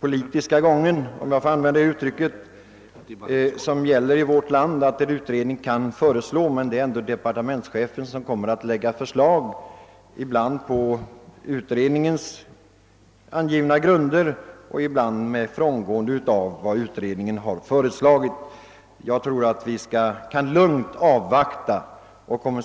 politiska gången i vårt land — om jag får uttrycka mig så. En utredning kan föreslå, men det är ändå departementschefen som utarbetar propositionen. Ibland sker det i enlighet med utredningsförslaget och ibland med frångående av detta. Jag tror att vi lugnt kan avvakta propositionen.